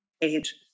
age